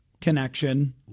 connection